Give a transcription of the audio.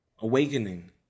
awakening